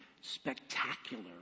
spectacular